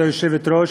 כבוד היושבת-ראש,